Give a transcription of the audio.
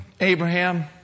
abraham